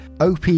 OP